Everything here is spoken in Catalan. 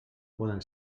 poden